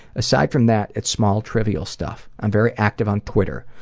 aside from that, it's small trivial stuff. i'm very active on twitter.